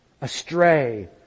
astray